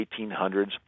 1800s